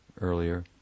earlier